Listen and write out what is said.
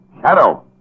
Shadow